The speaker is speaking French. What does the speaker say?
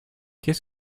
qu’est